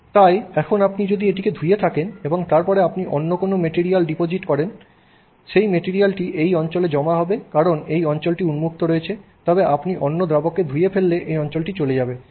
সুতরাং এখন আপনি যদি এটি ধুয়ে থাকেন এবং তারপরে আপনি অন্য কোনও ম্যাটেরিয়াল ডিপোজিট করেন সেই মেটেরিয়ালটি এই অঞ্চলে জমা হবে কারণ এই অঞ্চলটি উন্মুক্ত রয়েছে তবে আপনি অন্য দ্রাবককে ধুয়ে ফেললে এই অঞ্চলটি চলে যাবে